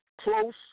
Close